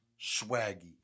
Swaggy